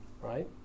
right